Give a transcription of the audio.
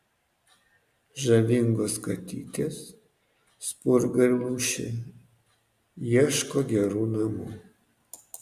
žavingos katytės spurga ir lūšė ieško gerų namų